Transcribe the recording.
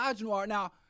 now